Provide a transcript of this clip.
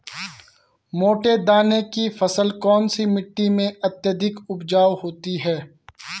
मोटे दाने की फसल कौन सी मिट्टी में अत्यधिक उपजाऊ होती है?